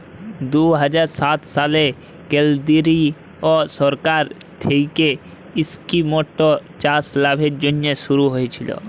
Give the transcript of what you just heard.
দু হাজার সাত সালে কেলদিরিয় সরকার থ্যাইকে ইস্কিমট চাষের লাভের জ্যনহে শুরু হইয়েছিল